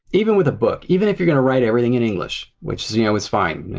even with a book, even if you're going to write everything in english which is you know is fine,